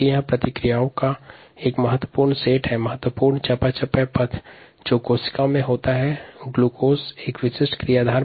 इस चयापचय पथ में ग्लूकोज एक विशिष्ट क्रियाधार है